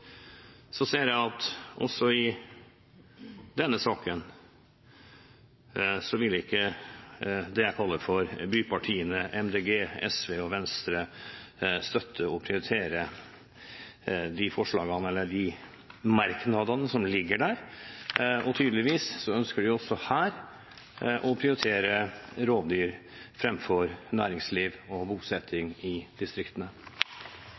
ser at heller ikke i denne saken vil det jeg kaller for bypartiene, Miljøpartiet De Grønne, SV og Venstre, støtte og prioritere de merknadene som ligger her. Tydeligvis ønsker de også her å prioritere rovdyr framfor næringsliv og bosetting i distriktene.